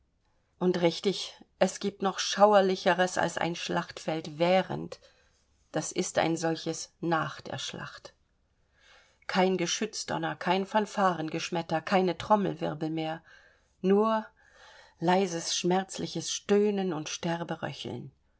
und richtig es gibt noch schauerlicheres als ein schlachtfeld während das ist ein solches nach der schlacht kein geschützdonner kein fanfarengeschmetter keine trommelwirbel mehr nur leises schmerzliches stöhnen und